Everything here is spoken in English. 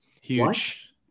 Huge